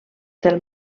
del